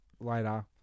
later